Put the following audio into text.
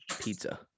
pizza